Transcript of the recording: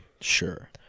Sure